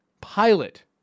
Pilot